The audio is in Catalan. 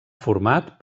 format